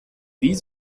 wie